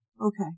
okay